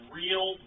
real